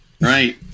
Right